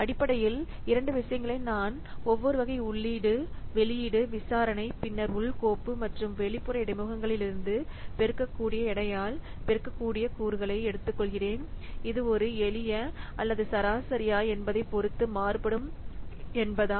அடிப்படையில் இரண்டு விஷயங்களை நான் ஒவ்வொரு வகை உள்ளீடு வெளியீடு விசாரணை பின்னர் உள் கோப்பு மற்றும் வெளிப்புற இடைமுகங்களிலிருந்து பெருக்கக்கூடிய எடையால் பெருக்கக்கூடிய கூறுகளை எடுத்துக்கொள்கிறேன் இது ஒரு எளிய அல்லது சராசரியா என்பதைப் பொறுத்து மாறுபடும் என்பதா